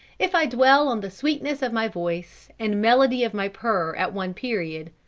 if i dwell on the sweetness of my voice and melody of my purr at one period,